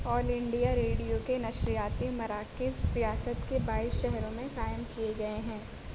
آل India radio کے نشریاتی مراکز ریاست کے بایئس شہروں میں قائم کیے گئے ہیں